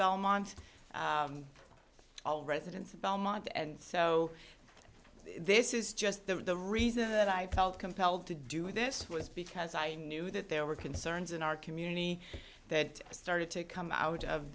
belmont all residents of belmont and so this is just the the reason i felt compelled to do this was because i knew that there were concerns in our community that started to come out of